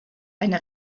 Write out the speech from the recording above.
eine